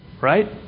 Right